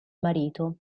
marito